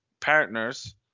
partners